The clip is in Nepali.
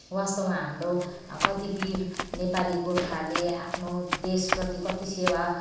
वास्तवमा हाम्रो कति वीर नेपाली गोर्खाहरूले आफ्नो देशप्रति कति सेवा